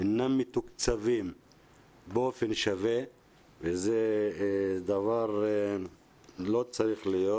אינם מתוקצבים באופן שווה וזה דבר שלא צריך להיות,